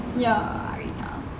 ya arina